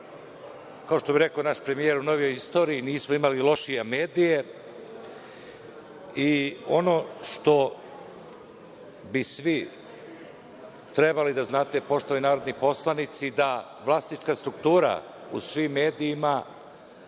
kao što bi rekao naš premijer, u novijoj istoriji nismo imali lošije medije. Ono što bi svi trebali da znate, poštovani narodni poslanici, da vlasnička struktura u svim medijima